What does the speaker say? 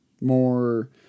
more